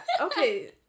Okay